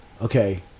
Okay